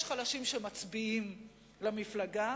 יש חלשים שמצביעים למפלגה,